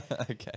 Okay